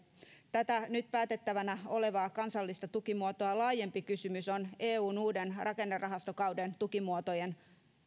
tätä nyt päätettävänä olevaa kansallista tukimuotoa laajempi kysymys on eun uuden rakennerahastokauden